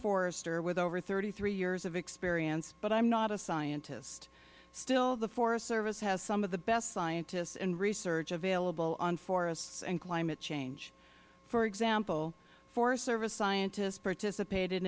forester with over thirty three years of experience but i am not a scientist still the forest service has some of the best scientists and research available on forests and climate change for example forest service scientists participated